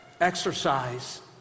exercise